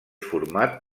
format